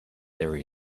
there